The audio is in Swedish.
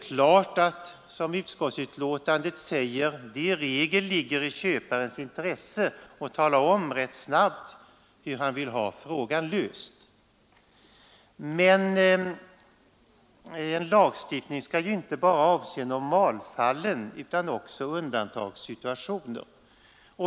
Utskottet säger att det i regel ligger i köparens intresse att rätt snabbt tala om hur han vill ha frågan löst. Men en lagstiftning skall ju inte bara avse normalfallen, utan också undantagssituationer.